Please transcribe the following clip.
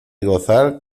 gozar